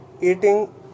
Eating